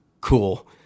Cool